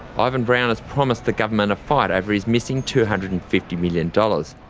ivan brown has promised the government a fight over his missing two hundred and fifty million dollars.